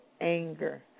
anger